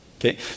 Okay